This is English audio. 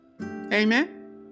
Amen